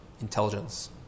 intelligence